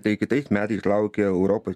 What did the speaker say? tai kitais metais laukia europos